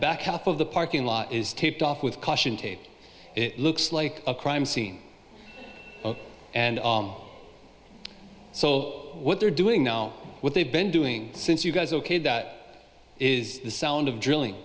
back half of the parking lot is taped off with caution tape it looks like a crime scene and so what they're doing now what they've been doing since you guys ok that is the sound of drilling